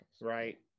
right